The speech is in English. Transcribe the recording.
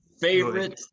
favorite